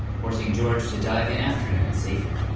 forcing george to dive in after him and save him.